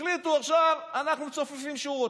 החליטו: עכשיו אנחנו מצופפים שורות.